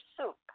soup